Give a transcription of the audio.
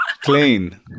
Clean